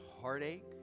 heartache